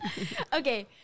Okay